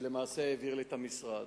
שלמעשה העביר לי את המשרד.